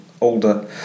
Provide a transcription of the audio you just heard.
older